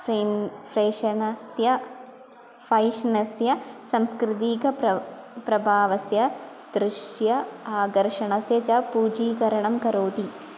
fan फ़ेशनस्य फ़ैष्णस्य संस्कृतीकप्रभावः प्रभावस्य दृश्यते आकर्षणस्य च पूजीकरणं करोति